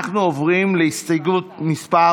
אנחנו עוברים להסתייגות מס'